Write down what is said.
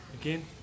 again